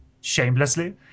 Shamelessly